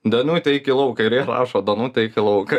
danutė eik į lauką rašo danutė eik į lauką